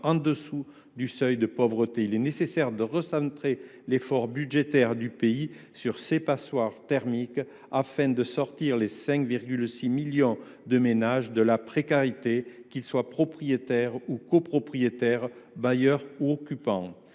en dessous du seuil de pauvreté. Il est nécessaire de recentrer l’effort budgétaire du pays sur les passoires thermiques, afin de sortir 5,6 millions de ménages de la précarité, qu’ils soient propriétaires ou copropriétaires, bailleurs ou occupants.